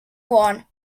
one